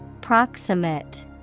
Proximate